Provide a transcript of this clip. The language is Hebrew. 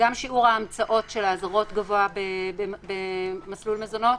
גם שיעור ההמצאות של ההזהרות גבוה במסלול מזונות